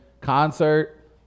concert